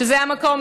שזה המקום,